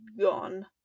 gone